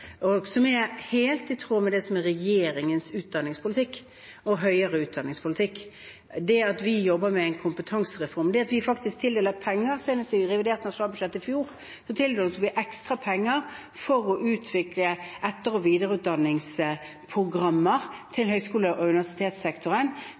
tråd med det som er regjeringens utdanningspolitikk og høyere utdanningspolitikk, det at vi jobber med en kompetansereform, det at vi faktisk tildeler penger. Senest i revidert nasjonalbudsjett i fjor tildelte vi ekstra penger for å utvikle etter- og videreutdanningsprogrammer til